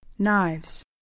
Knives